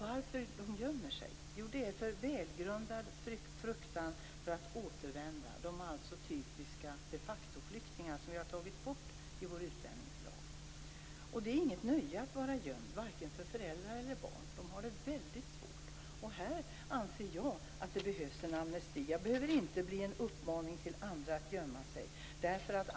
Varför gömmer de sig? Jo, det beror på en välgrundad fruktan för att återvända. De är alltså typiska de facto-flyktingar - något som vi har tagit bort i vår utlänningslag. Det är inget nöje att vara gömd - varken för föräldrar eller barn. De har det väldigt svårt. Här anser jag att det behövs en amnesti. Det behöver inte bli en uppmaning att gömma sig.